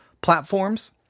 platforms